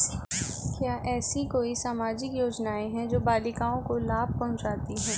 क्या ऐसी कोई सामाजिक योजनाएँ हैं जो बालिकाओं को लाभ पहुँचाती हैं?